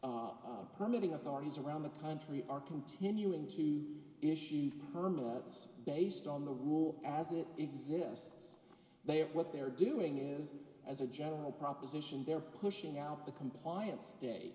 s permitting authorities around the country are continuing to issue permits based on the rule as it exists they are what they're doing is as a general proposition they're pushing out the complian